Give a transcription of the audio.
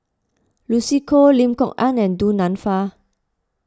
Lucy Koh Lim Kok Ann and Du Nanfa